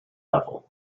level